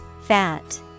Fat